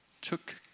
took